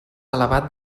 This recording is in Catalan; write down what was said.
elevat